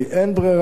אין ברירה,